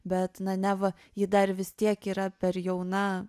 bet neva ji dar vis tiek yra per jauna